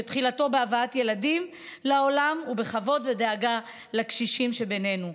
שתחילתו בהבאת ילדים לעולם ובכבוד ודאגה לקשישים שבינינו.